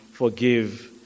Forgive